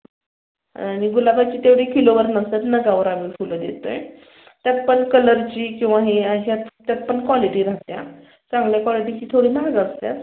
आणि गुलाबाची तेवढी किलोवर नसतात नगावर आणून फुलं देतो आहे त्यात पण कलरची किंवा हे या अशा त्यात पण क्वालिटी राहते आहे चांगल्या क्वालीटीची थोडी महाग असतात